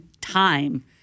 time